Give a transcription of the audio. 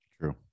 True